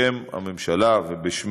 בשם הממשלה ובשמי,